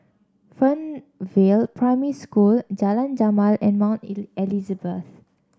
Fernvale Primary School Jalan Jamal and Mount Elizabeth